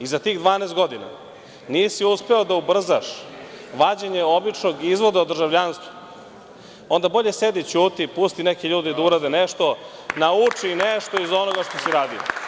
i za tih 12 godina nisi uspeo da ubrzaš vađenje običnog izvoda o državljanstvu, onda bolje sedi i ćuti i pusti neke ljude da urade nešto, nauči nešto iz onoga što si radio.